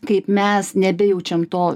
kaip mes nebejaučiam to